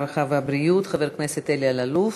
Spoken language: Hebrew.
הרווחה והבריאות חבר הכנסת אלי אלאלוף.